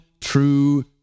true